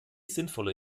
sinnvolle